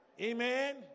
Amen